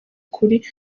ukuri